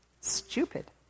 Stupid